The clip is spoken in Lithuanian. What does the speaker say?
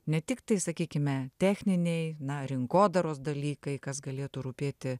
ne tiktai sakykime techniniai na rinkodaros dalykai kas galėtų rūpėti